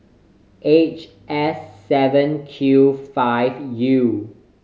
H S seven Q five U